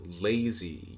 lazy